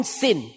sin